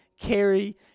carry